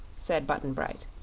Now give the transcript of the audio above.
said button-bright.